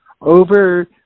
over